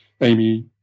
Amy